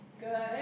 good